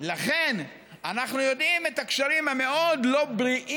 אנחנו יודעים על הקשרים המאוד-לא-בריאים